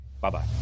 Bye-bye